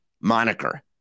moniker